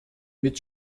mit